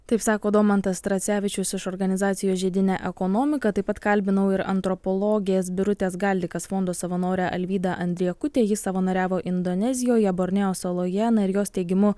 taip sako domantas tracevičius iš organizacijos žiedinė ekonomika taip pat kalbinau ir antropologės birutės galdikas fondo savanorę alvydą andriekutę ji savanoriavo indonezijoje borneo saloje na ir jos teigimu